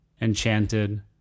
enchanted